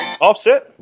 Offset